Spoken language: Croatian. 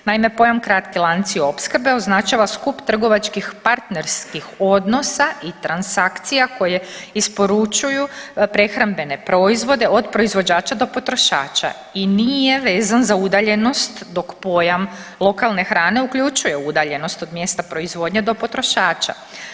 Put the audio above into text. Naime, pojam kratki lanci opskrbe označava skup trgovačkih partnerskih odnosa i transakcija koje isporučuju prehrambene proizvode od proizvođača do potrošača i nije vezan za udaljenost, dok pojam lokalne hrane uključuje udaljenost od mjesta proizvodnje do potrošača.